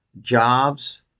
jobs